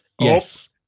Yes